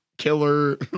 killer